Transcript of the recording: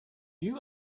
you